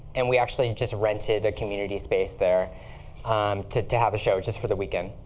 and we actually just rented a community space there um to to have a show just for the weekend.